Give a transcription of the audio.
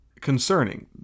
concerning